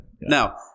Now